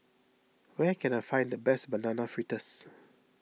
where can I find the best Banana Fritters